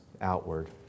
outward